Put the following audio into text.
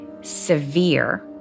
severe